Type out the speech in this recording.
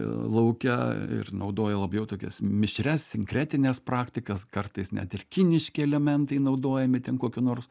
lauke ir naudoja labiau tokias mišrias sinkretines praktikas kartais net ir kiniški elementai naudojami ten kokio nors